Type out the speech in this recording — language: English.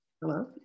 hello